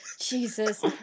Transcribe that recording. Jesus